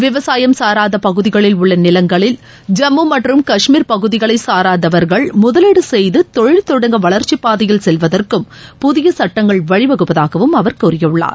விவசாயம் சாராத பகுதிகளில் உள்ள நிலங்களில் ஜம்மு மற்றும் கஷ்மீர் பகுதிகளை சாராதவர்கள் முதலீடு செய்து தொழில் தொடங்க வளர்ச்சிப் பாதையில் செல்வதற்கும் புதிய சுட்டங்கள் வழி வகுப்பதாகவும் அவர் கூறியுள்ளார்